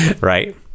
right